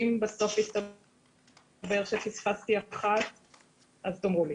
אם בסוף יסתבר שפספסתי, אז תאמרו לי.